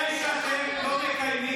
הבעיה היא שהם לא מקיימים פסיק.